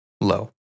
Low